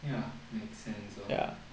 ya make sense lor